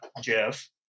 Jeff